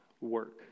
work